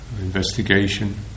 investigation